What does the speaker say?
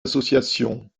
associations